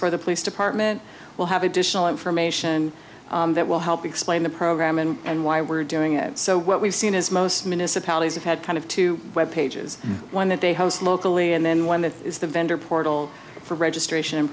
for the police department will have additional information that will help explain the program and why we're doing it so what we've seen is most municipalities have had kind of two web pages one that they house locally and then one that is the vendor portal for registration